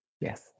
yes